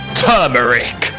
turmeric